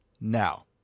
now